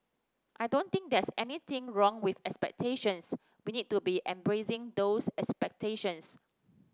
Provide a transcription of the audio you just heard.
I don't think there's anything wrong with expectations we need to be embracing those expectations